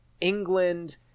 England